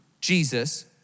Jesus